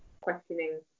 questioning